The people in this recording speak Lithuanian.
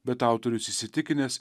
bet autorius įsitikinęs